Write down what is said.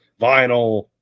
vinyl